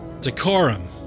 Decorum